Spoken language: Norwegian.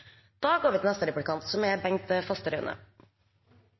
Da skal vi gå til neste replikant,